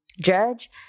judge